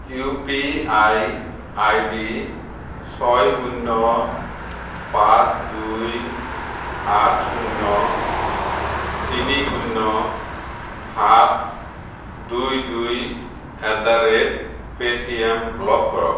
U P I ID ছয় শূন্য পাঁচ দুই আঠ শূন্য তিনি শূন্য সাত দুই দুই at the rate Paytm block কৰক